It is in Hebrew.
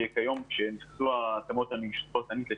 כיום החקיקה בנושא התאמות הנגישות נכנסה לתוקף,